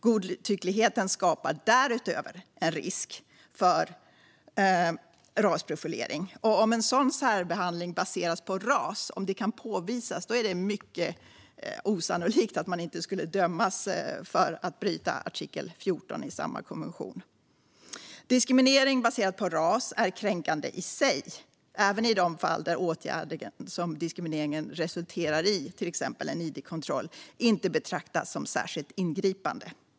Godtyckligheten skapar därutöver en risk för rasprofilering. Om en sådan särbehandling baserad på ras kan påvisas är det mycket osannolikt att man inte skulle dömas för att ha brutit mot artikel 14 i samma konvention. Diskriminering baserad på ras är kränkande i sig, även i de fall där den åtgärd som diskrimineringen resulterar i, till exempel en id-kontroll, inte betraktas som särskilt ingripande.